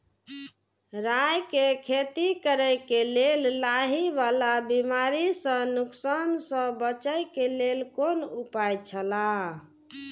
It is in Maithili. राय के खेती करे के लेल लाहि वाला बिमारी स नुकसान स बचे के लेल कोन उपाय छला?